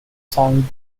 song